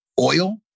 oil